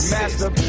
Master